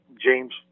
James